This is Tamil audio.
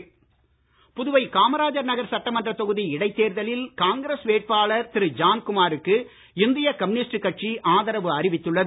புதுவை சிபிஐ புதுவை காமராஜர் நகர் சட்டமன்ற தொகுதி இடைத் தேர்தலில் காங்கிரஸ் வேட்பாளர் திரு ஜான்குமாருக்கு இந்திய கம்யூனிஸ்ட் கட்சி ஆதரவு அறிவித்துள்ளது